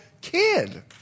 kid